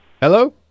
hello